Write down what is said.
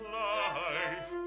life